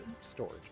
storage